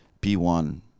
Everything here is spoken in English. P1